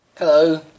Hello